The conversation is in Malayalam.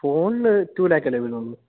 ഫോണിന് റ്റൂ ലാക്കല്ലേ വരുന്നുള്ളൂ